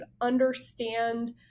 understand